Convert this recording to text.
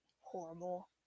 horrible